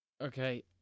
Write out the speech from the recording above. Okay